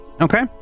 Okay